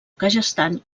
kazakhstan